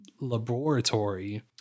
laboratory